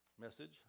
message